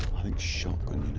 shotgun